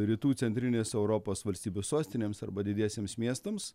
rytų centrinės europos valstybių sostinėms arba didiesiems miestams